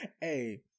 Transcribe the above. Hey